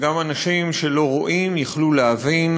וגם אנשים שלא רואים יכלו להבין,